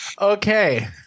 Okay